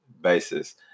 basis